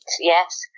yes